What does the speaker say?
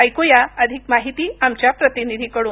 ऐकुया अधिक माहिती आमच्या प्रतिनिधीकडून